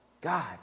God